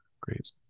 Great